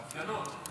הפגנות.